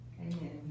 Amen